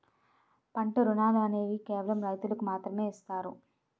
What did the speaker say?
పంట రుణాలు అనేవి కేవలం రైతులకు మాత్రమే ఇస్తారు